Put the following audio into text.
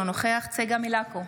אינו נוכח צגה מלקו,